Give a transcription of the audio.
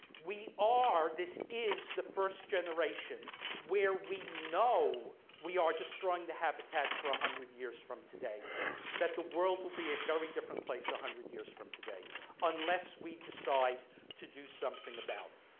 we are this is the first generation where we know we are destroying the habitat for a hundred years from today that the world will be a very different place a hundred years from today unless we decide to do something about it.